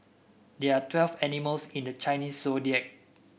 there are twelve animals in the Chinese Zodiac